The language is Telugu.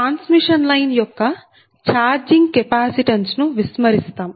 ట్రాన్స్మిషన్ లైన్ యొక్క ఛార్జింగ్ కెపాసిటన్స్ ను విస్మరిస్తాం